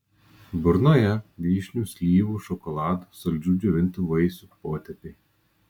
burnoje vyšnių slyvų šokolado saldžių džiovintų vaisių potėpiai